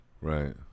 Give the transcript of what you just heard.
right